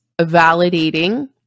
validating